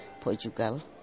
Portugal